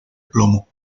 plomo